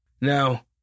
Now